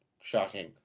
shocking